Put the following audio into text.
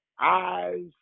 eyes